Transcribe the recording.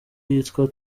yitwa